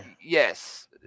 Yes